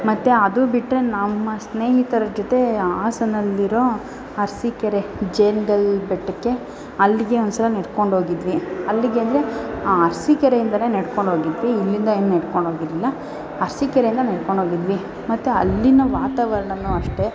ಮತ್ತು ಅದು ಬಿಟ್ಟರೆ ನಮ್ಮ ಸ್ನೇಹಿತರ ಜೊತೆ ಹಾಸನಲ್ಲಿರೋ ಅರಸೀಕೆರೆ ಜೇನ್ಗಲ್ಲು ಬೆಟ್ಟಕ್ಕೆ ಅಲ್ಲಿಗೆ ಒಂದು ಸಲ ನೆಡ್ಕೊಂಡು ಹೋಗಿದ್ವಿ ಅಲ್ಲಿಗೆ ಅಂದರೆ ಆ ಅರ್ಸೀಕೆರೆಯಿಂದಲೇ ನೆಡ್ಕೊಂಡು ಹೋಗಿದ್ವಿ ಇಲ್ಲಿಂದ ಏನೂ ನೆಡ್ಕೊಂಡು ಹೋಗಿರ್ಲಿಲ್ಲ ಅರಸೀಕೆರೆಯಿಂದ ನೆಡ್ಕೊಂಡು ಹೋಗಿದ್ವಿ ಮತ್ತು ಅಲ್ಲಿನ ವಾತಾವರ್ಣನೂ ಅಷ್ಟೇ